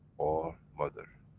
or mother!